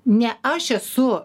ne aš esu